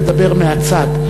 לדבר מהצד.